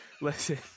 listen